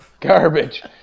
garbage